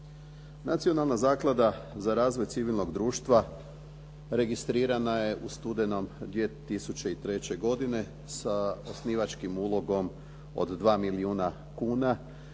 Nacionalna zaklada za razvoj civilnog društva registrirana je u studenom 2003. godine sa osnivačkim ulogom od 2 milijuna kuna